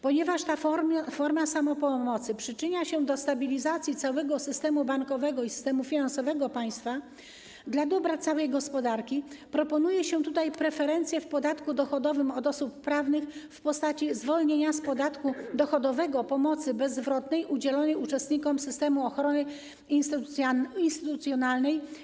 Ponieważ ta forma samopomocy przyczynia się do stabilizacji całego systemu bankowego i systemu finansowego państwa - działa to dla dobra całej gospodarki - proponuje się tutaj preferencje w zakresie podatku dochodowego od osób prawnych w postaci zwolnienia z podatku dochodowego pomocy bezzwrotnej udzielonej uczestnikom systemu ochrony instytucjonalnej.